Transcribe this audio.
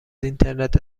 اینترنت